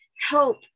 help